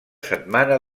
setmana